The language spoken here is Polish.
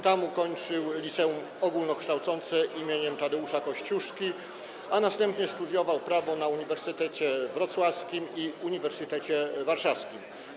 Tam ukończył Liceum Ogólnokształcące im. Tadeusza Kościuszki, a następnie studiował prawo na Uniwersytecie Wrocławskim i Uniwersytecie Warszawskim.